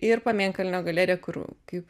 ir pamėnkalnio galeriją kur kaip